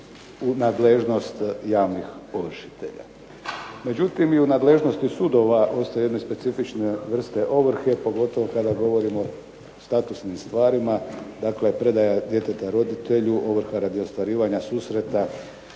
u nadležnost javnih ovršitelja.